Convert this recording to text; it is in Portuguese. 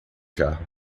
jarro